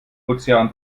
ozean